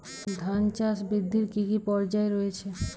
ধান চাষ বৃদ্ধির কী কী পর্যায় রয়েছে?